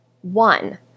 One